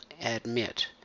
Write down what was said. admit